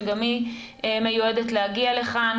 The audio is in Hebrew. שגם היא מיועדת להגיע לכאן,